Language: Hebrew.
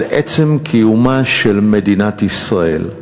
על עצם קיומה של מדינת ישראל,